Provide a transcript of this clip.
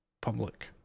public